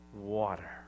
water